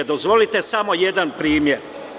Dozvolite samo jedan primer.